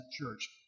church